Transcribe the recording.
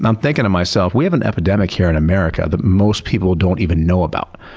i'm thinking to myself, we have an epidemic here in america that most people don't even know about.